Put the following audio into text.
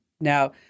now